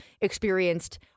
experienced